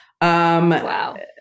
Wow